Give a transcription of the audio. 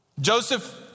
Joseph